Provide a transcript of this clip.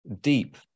deep